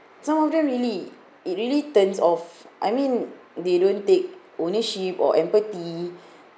some of them really it really turns off I mean they don't take ownership or empathy